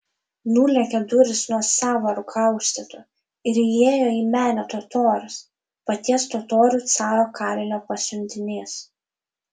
nulėkė durys nuo sąvarų kaustytų ir įėjo į menę totorius paties totorių caro kalino pasiuntinys